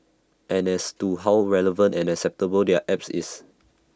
and as to how relevant and acceptable their app is